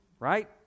right